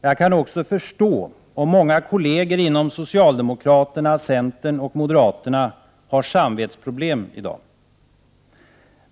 Jag kan också förstå om många kolleger inom socialdemokratin, centern och moderata samlingspartiet har samvetsproblem i dag.